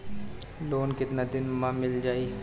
Loan कितना दिन में मिल जाई?